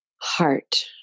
heart